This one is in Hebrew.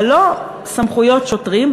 אבל לא סמכויות שוטרים,